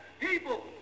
people